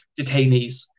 detainees